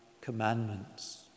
commandments